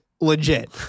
legit